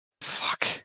Fuck